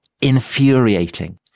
infuriating